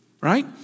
Right